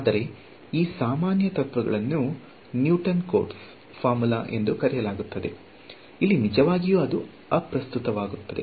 ಆದರೆ ಈ ಸಾಮಾನ್ಯ ತತ್ವಗಳನ್ನು ನ್ಯೂಟನ್ ಕೋಟ್ಸ್ ಫಾರ್ಮುಲಾ ಎಂದು ಕರೆಯಲಾಗುತ್ತದೆ ಇಲ್ಲಿ ನಿಜವಾಗಿಯೂ ಇದು ಅಪ್ರಸ್ತುತವಾಗುತ್ತದೆ